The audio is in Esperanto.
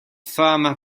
fama